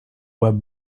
web